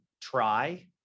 try